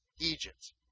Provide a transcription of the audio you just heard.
Egypt